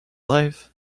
life